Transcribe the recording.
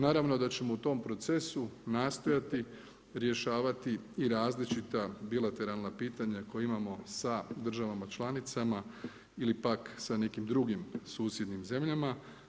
Naravno da ćemo u tom procesu nastojati rješavati i različita bilateralna pitanja koja imamo sa državama članicama ili pak sa nekim drugim zemljama.